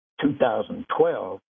2012